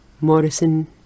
Morrison